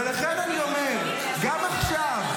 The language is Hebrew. ולכן אני אומר, גם עכשיו,